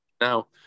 now